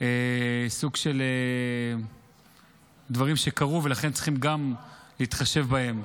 סוג של דברים שקרו ולכן צריכים גם להתחשב בהם.